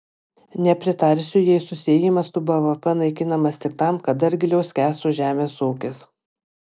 nepritarsiu jei susiejimas su bvp naikinamas tik tam kad dar giliau skęstų žemės ūkis